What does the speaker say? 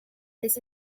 this